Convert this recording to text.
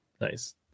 Nice